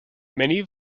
many